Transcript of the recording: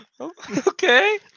Okay